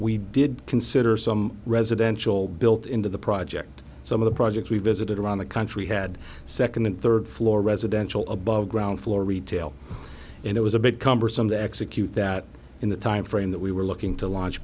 we did consider some residential built into the project some of the projects we visited around the country had second and third floor residential above ground floor retail and it was a bit cumbersome to execute that in the timeframe that we were looking to launch